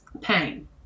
pain